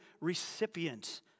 recipients